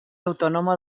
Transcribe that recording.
autònoma